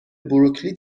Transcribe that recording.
بروکلی